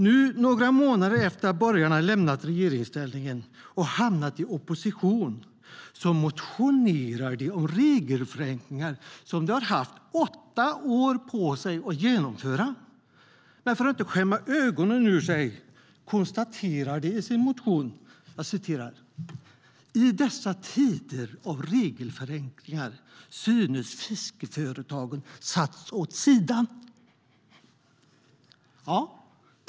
Nu, några månader efter att borgarna har lämnat regeringsställningen och hamnat i opposition, motionerar de om regelförenklingar som de har haft åtta år på sig att genomföra. Men för att inte skämma ögonen ur sig konstaterar de i sin motion att "i dessa tider av regelförenklingar synes fiskeföretagen ha satts åt sidan".